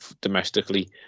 Domestically